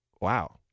Wow